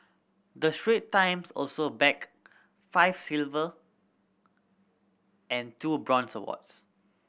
the Strait Times also bagged five silver and two bronze awards